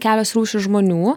kelios rūšys žmonių